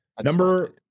Number